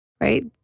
right